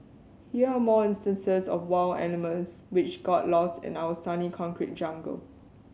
here are more instances of wild animals which got lost in our sunny concrete jungle